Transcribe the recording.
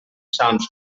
salms